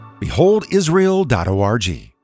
beholdisrael.org